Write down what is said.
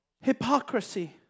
Hypocrisy